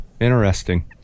Interesting